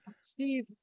Steve